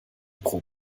pro